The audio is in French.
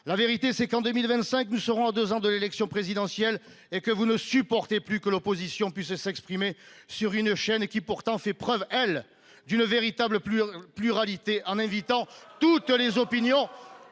La vérité, c'est qu'en 2025 nous serons à deux ans de l'élection présidentielle et que vous ne supportez plus que l'opposition puisse s'exprimer sur une chaîne qui, pourtant, fait preuve, elle, d'une véritable pluralité en invitant toutes les opinions